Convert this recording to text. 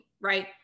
right